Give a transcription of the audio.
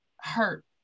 hurt